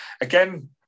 again